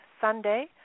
Sunday